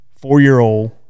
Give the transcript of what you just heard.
Four-year-old